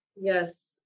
Yes